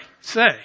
say